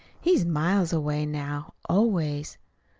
he's miles away now, always.